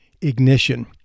ignition